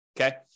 Okay